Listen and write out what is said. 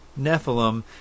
Nephilim